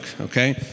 Okay